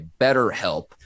BetterHelp